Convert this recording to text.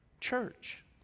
Church